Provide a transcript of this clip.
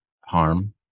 harm